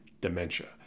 dementia